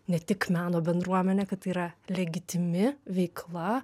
ne tik meno bendruomenę kad tai yra legitimi veikla